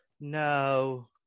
No